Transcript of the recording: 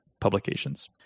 publications